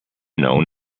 known